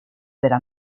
della